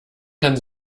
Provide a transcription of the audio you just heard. kann